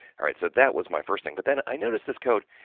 all right! so, that was my first thing but then i noticed this code,